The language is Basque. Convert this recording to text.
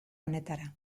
honetara